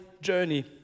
journey